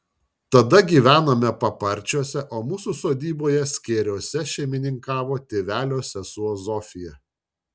tada gyvenome paparčiuose o mūsų sodyboje skėriuose šeimininkavo tėvelio sesuo zofija